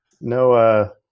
no